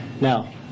Now